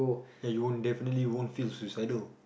that you won't definitely won't feel suicidal